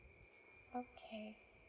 okay